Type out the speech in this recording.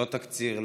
לא תקציר,